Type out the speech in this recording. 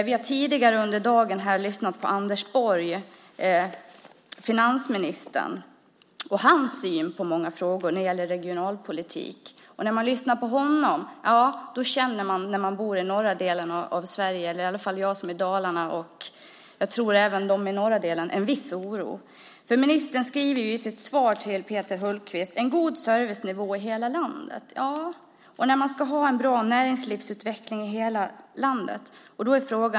Vi har tidigare under dagen lyssnat på Anders Borg, finansministern, och fått höra hans syn på många frågor som rör regionalpolitik. När man lyssnar på honom känner man en viss oro. Åtminstone gäller det mig som bor i Dalarna, och jag tror att det även gäller dem som bor i norra delen av Sverige. Ministern talar i sitt svar om en god servicenivå och om att vi ska ha en bra näringslivsutveckling i hela landet.